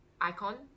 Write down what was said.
icon